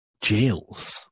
jails